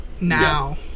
now